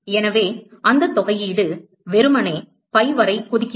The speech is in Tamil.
எனவே அந்த தொகையீடு வெறுமனே பை வரை கொதிக்கிறது